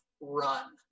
run